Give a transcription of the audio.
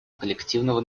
коллективного